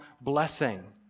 blessing